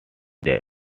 that